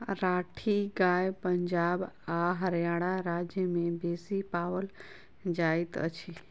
राठी गाय पंजाब आ हरयाणा राज्य में बेसी पाओल जाइत अछि